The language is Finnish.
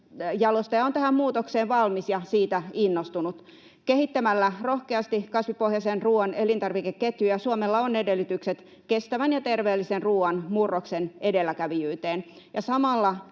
on tähän muutokseen valmis ja siitä innostunut. Kehittämällä rohkeasti kasvipohjaisen ruoan elintarvikeketjuja Suomella on edellytykset kestävän ja terveellisen ruoan murroksen edelläkävijyyteen,